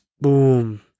Boom